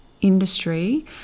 industry